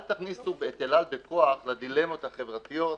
אל תכניסו את אל על בכוח לדילמות החברתיות,